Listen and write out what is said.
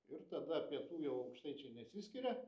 ir tada pietų jau aukštaičiai nesiskiria